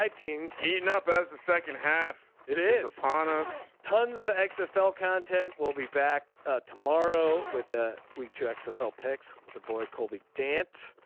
yeah teens heating up as the second half. it is upon us. tons of eggs have content. we'll be back ah tomorrow with a week to x afl picks with a boy kobe dance.